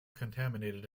contaminated